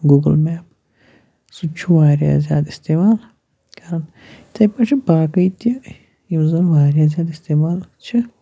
Google map سُہ تہِ چھُ واریاہ زیادٕ استعمال کَران یِتھَے پٲٹھۍ چھِ باقٕے تہِ یِم زَن واریاہ زیادٕ استعمال چھِ